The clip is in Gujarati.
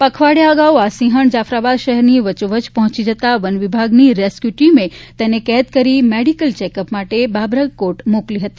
પખવાડીયા અગાઉ આ સિંહજ઼ જાફરાબાદ શહેરની વચ્ચોવચ્ચ પહોંચી જતા વનવિભાગની રેસ્ક્યુ ટીમે તેને કેદ કરી મેડિકલ ચેકઅપ માટે બાબરકોટ મોકલી હતી